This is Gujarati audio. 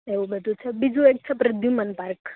એવું બધુ છે બીજું એક છે પ્રધયુમન પાર્ક